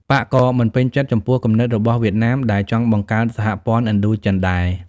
បក្សក៏មិនពេញចិត្ត ចំពោះគំនិតរបស់វៀតណាមដែលចង់បង្កើតសហព័ន្ធឥណ្ឌូចិនដែរ។